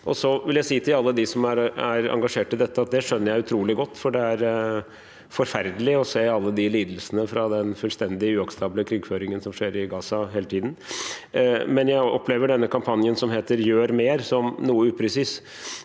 ut. Så vil jeg si til alle dem som er engasjert i dette, at det skjønner jeg utrolig godt, for det er forferdelig å se alle lidelsene fra den fullstendig uakseptable krigføringen som skjer i Gaza hele tiden. Men jeg opplever denne kampanjen som heter Gjør mer, som noe upresis,